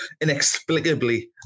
inexplicably